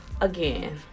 again